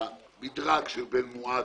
המדרג בין שור מועד